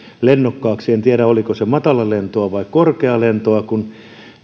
lennokkaaksi en tiedä oliko se matalalentoa vai korkealentoa kun